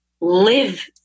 live